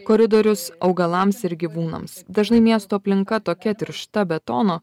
koridorius augalams ir gyvūnams dažnai miesto aplinka tokia tiršta betono